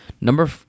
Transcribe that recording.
Number